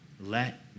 let